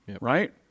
right